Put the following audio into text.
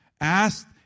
asked